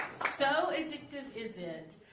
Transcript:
so addictive is it,